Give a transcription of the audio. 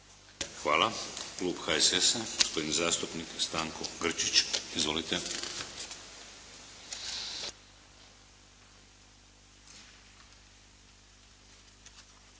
Hvala. Klub HSS-a, gospodin zastupnik Stanko Grčić. Izvolite.